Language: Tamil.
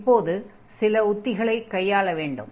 இப்போது சில உத்திகளைக் கையாள வேண்டும்